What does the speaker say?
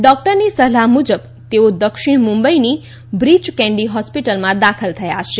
ડોકટરની સલાહ્ મુજબ તેઓ દક્ષિણ મુંબઇની બ્રીય કેન્ડી હોસ્પિટલમાં દાખલ થયા છે